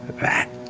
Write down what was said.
that